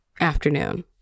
afternoon